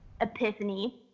epiphany